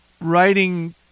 writing